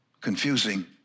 confusing